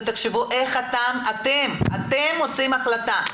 ותחשבו איך אתם מוציאים החלטה.